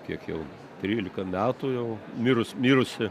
kiek jau trylika metų jau mirus mirusi